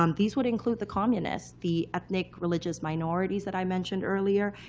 um these would include the communists, the ethnic religious minorities that i mentioned earlier,